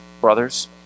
brothers